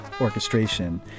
orchestration